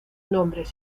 nombres